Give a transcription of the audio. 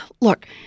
look